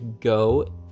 go